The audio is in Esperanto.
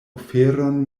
oferon